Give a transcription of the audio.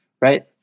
right